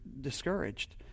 discouraged